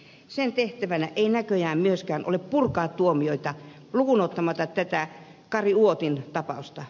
sen tehtävänä ei näköjään myöskään ole purkaa tuomioita lukuun ottamatta tätä kari uotin tapausta